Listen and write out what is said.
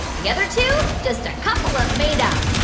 the other two just a couple of made-up